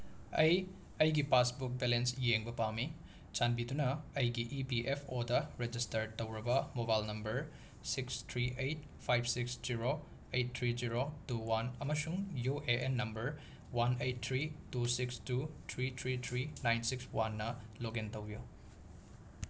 ꯑꯩ ꯑꯩꯒꯤ passbook balance ꯌꯦꯡꯕ ꯄꯥꯝꯃꯤ ꯆꯥꯟꯕꯤꯗꯨꯅ ꯑꯩꯒꯤ ꯏ ꯄꯤ ꯑꯦꯐ ꯑꯣꯗ ꯔꯤꯖꯤꯁꯇꯔ ꯇꯧꯔꯕ mobile number six three eight five six zero eight three zero two one ꯑꯃꯁꯨꯡ U A N number one eight three two six two three three three nine six ꯋꯥꯟꯅ log in ꯇꯧꯕꯤꯌꯨ